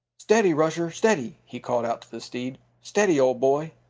steady, rusher, steady! he called out to the steed. steady, old boy!